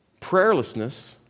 Prayerlessness